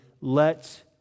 Let